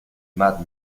mad